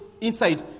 inside